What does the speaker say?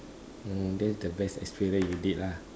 oh that's the best experience you did lah